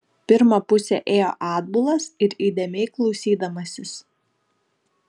pirmą pusę ėjo atbulas ir įdėmiai klausydamasis